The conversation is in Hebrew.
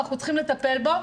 אנחנו צריכים לטפל בו,